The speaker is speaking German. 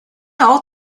auch